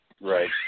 Right